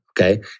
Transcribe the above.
Okay